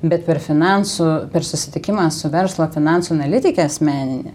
bet per finansų per susitikimą su verslo finansų analitike asmenine